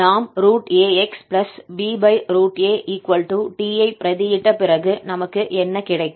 நாம் axbat ஐ பிரதியிட்ட பிறகு நமக்கு என்ன கிடைக்கும்